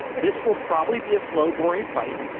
this will probably be a slow boring fight.